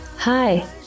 Hi